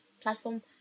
Platform